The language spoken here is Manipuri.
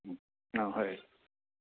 ꯎꯝ ꯑꯥ ꯍꯣꯏ